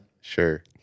Sure